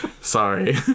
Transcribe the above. Sorry